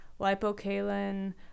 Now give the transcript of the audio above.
lipocalin